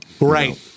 right